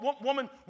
woman